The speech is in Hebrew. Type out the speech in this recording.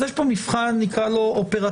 זה כבר מבחן אופרטיבי,